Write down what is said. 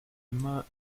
immer